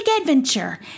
adventure